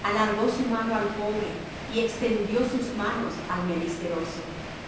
alargó su mano al pobre y extendió sus manos al menesteroso